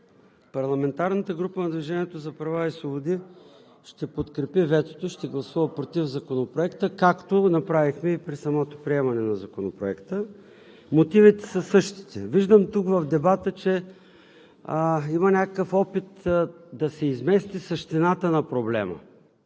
парламентарната група на „Движението за права и свободи“ ще подкрепи ветото, ще гласува против Законопроекта, както го направихме и при самото приемане на Законопроекта. Мотивите са същите. Виждам тук, в дебата, че има някакъв опит да се измести същината на проблема